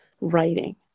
writing